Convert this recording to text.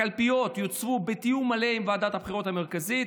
הקלפיות יוצבו בתיאום מלא עם ועדת הבחירות המרכזית.